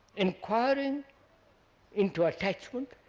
enquiring into attachment,